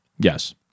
Yes